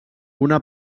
una